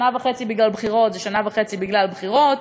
שנה וחצי בגלל בחירות זה שנה וחצי בגלל בחירות.